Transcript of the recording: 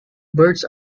birds